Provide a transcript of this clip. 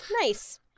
Nice